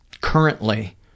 currently